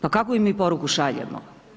Pa kakvu im mi poruku šaljemo?